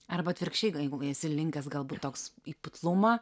arba atvirkščiai kai jeigu esi linkęs galbūt toks į putlumą